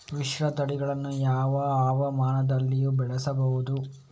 ಮಿಶ್ರತಳಿಗಳನ್ನು ಯಾವ ಹವಾಮಾನದಲ್ಲಿಯೂ ಬೆಳೆಸಬಹುದೇ?